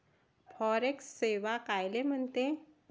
Forex सेवा कायले म्हनते?